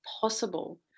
possible